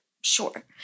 Sure